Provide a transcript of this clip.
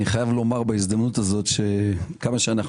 אני חייב לומר בהזדמנות זו שכמה שאנו